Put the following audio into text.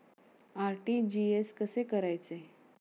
RTGS कसे करायचे?